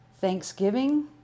Thanksgiving